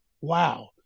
Wow